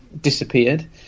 disappeared